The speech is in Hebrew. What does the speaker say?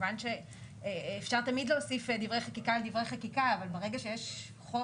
כמובן שאפשר תמיד להוסיף דברי חקיקה אבל אם יש חוק